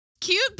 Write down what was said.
Cute